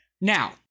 Now